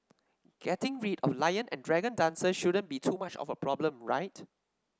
getting rid of lion and dragon dances shouldn't be too much of a problem right